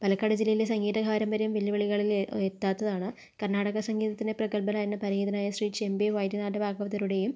പാലക്കാട് ജില്ലയിലെ സംഗീത ഹാരം വരെ വെല്ലുവിളികളിൽ എ എത്താത്തതാണ് കർണാടക സംഗീതത്തിലെ പ്രഗത്ഭനായിരുന്ന പരേതനായ ശ്രീ ചെമ്പൈ വൈദ്യനാഥ ഭാഗവതരുടേയും